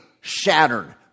shattered